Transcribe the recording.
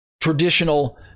traditional